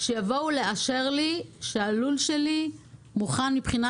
שיבואו לאשר לי שהלול שלי מוכן מבחינה